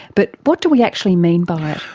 but what do we actually mean by it?